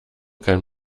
kein